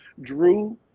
Drew